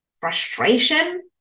frustration